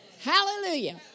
hallelujah